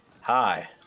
Hi